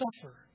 suffer